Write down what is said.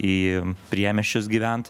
į priemiesčius gyvent